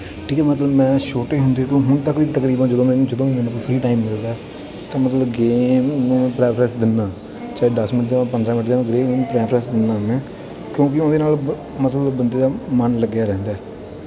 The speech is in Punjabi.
ਠੀਕ ਹੈ ਮਤਲਬ ਮੈਂ ਛੋਟੇ ਹੁੰਦੇ ਤੋਂ ਹੁਣ ਤੱਕ ਦੀ ਤਕਰੀਬਨ ਜਦੋਂ ਮੈਨੂੰ ਜਦੋਂ ਵੀ ਮੈਨੂੰ ਕੋਈ ਫ੍ਰੀ ਟਾਈਮ ਮਿਲਦਾ ਤਾਂ ਮਤਲਬ ਗੇਮ ਨੂੰ ਮੈਂ ਪ੍ਰੈਫਰੈਸ ਦਿੰਦਾ ਚਾਹੇ ਦਸ ਮਿੰਟ ਦੇਵਾਂ ਪੰਦਰ੍ਹਾਂ ਮਿੰਟ ਦੇਵਾਂ ਪ੍ਰੈਫਰੈਂਸ ਦਿੰਦਾ ਮੈਂ ਕਿਉਂਕਿ ਉਹਦੇ ਨਾਲ ਮਤਲਬ ਬੰਦੇ ਦਾ ਮਨ ਲੱਗਿਆ ਰਹਿੰਦਾ